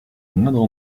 moindre